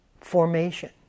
formation